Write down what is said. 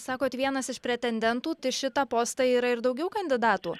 sakot vienas iš pretendentų į šitą postą yra ir daugiau kandidatų